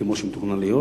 כמו שמתוכנן להיות,